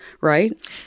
right